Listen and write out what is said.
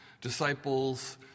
Disciples